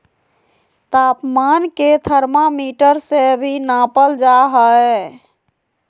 तापमान के थर्मामीटर से भी नापल जा हइ